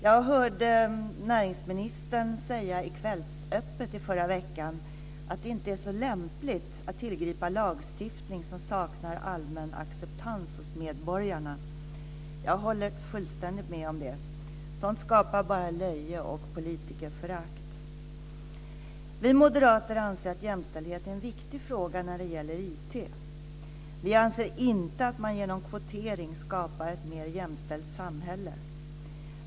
Jag hörde näringsministern säga i Kvällsöppet i förra veckan att det inte är så lämpligt att tillgripa lagstiftning som saknar allmän acceptans hos medborgarna. Jag håller fullständigt med om det. Sådant skapar bara löje och politikerförakt. Vi moderater anser att jämställdhet är en viktig fråga när det gäller IT. Vi anser inte att man genom kvotering skapar ett mer jämställt samhälle.